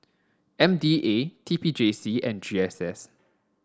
M D A T P J C and G S S